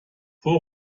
die